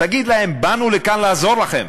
תגיד להם: באנו לכאן לעזור לכם.